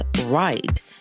right